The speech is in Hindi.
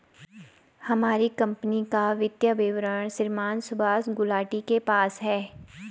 हमारी कम्पनी का वित्तीय विवरण श्रीमान सुभाष गुलाटी के पास है